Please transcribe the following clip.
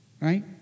right